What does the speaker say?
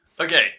Okay